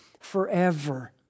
Forever